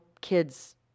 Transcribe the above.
kids